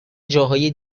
جاهای